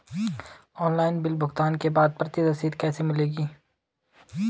Online bill भुगतान के बाद प्रति रसीद कैसे मिलेगी?